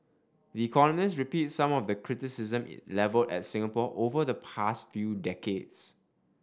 the Economist repeats some of the criticism it levelled at Singapore over the past few decades